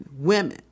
women